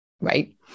right